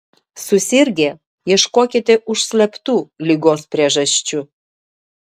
susirgę ieškokite užslėptų ligos priežasčių